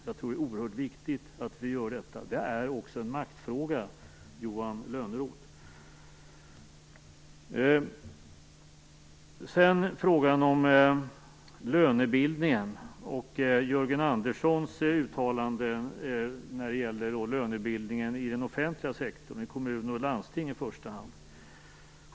Jag tror att det är oerhört viktigt att vi gör det. Det är också en maktfråga, Johan Lönnroth. Man har nämnt frågan om lönebildningen, och Jörgen Anderssons uttalande om lönebildningen i den offentliga sektorn - i kommuner och landsting i första hand.